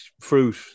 fruit